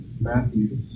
Matthew